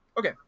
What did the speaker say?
Okay